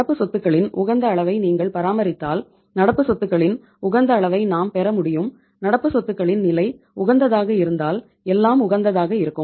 நடப்பு சொத்துகளின் உகந்த அளவை நீங்கள் பராமரித்தால் நடப்பு சொத்துகளின் உகந்த அளவை நாம் பெற முடியும் நடப்பு சொத்துகளின் நிலை உகந்ததாக இருந்தால் எல்லாம் உகந்ததாக இருக்கும்